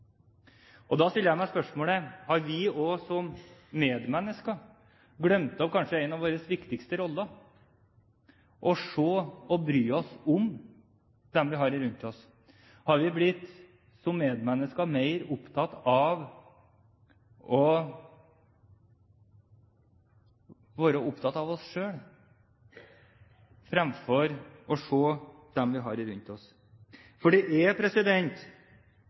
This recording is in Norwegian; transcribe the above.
Da stiller jeg meg spørsmålet: Har vi også som medmennesker glemt kanskje en av våre viktigste roller, å se og bry oss om dem vi har rundt oss? Har vi som medmennesker blitt mer opptatt av å være opptatt av oss selv fremfor å se dem vi har rundt oss? For det er